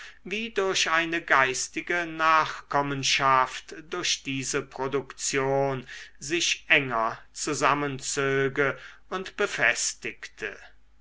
wie durch eine geistige nachkommenschaft durch diese produktion sich enger zusammenzöge und befestigte